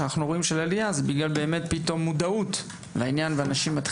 העלייה זה בגלל שיש פתאום מודעות של אנשים.